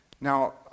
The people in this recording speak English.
Now